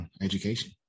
education